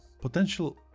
potential